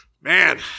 man